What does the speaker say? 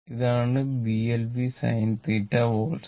ഇതാണ് Blvsinθ volts